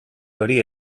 hori